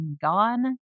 gone